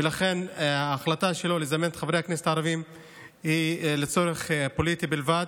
ולכן ההחלטה שלו לזמן את חברי הכנסת הערבים היא לצורך פוליטי בלבד.